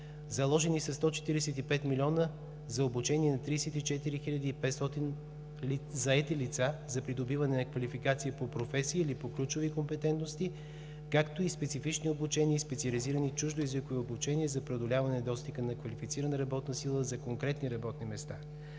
Заложени са 145 млн. лв. за обучение на 34 500 заети лица за придобиване на квалификация по професии или по ключови компетентности, както и специфични обучения и специализирани чуждоезикови обучения за преодоляване недостига на квалифицирана работна сила за конкретни работни места.